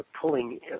pulling